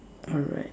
alright